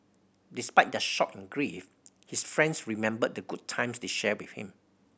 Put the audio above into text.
despite their shock and grief his friends remembered the good times they shared with him